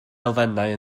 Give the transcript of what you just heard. elfennau